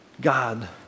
God